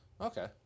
Okay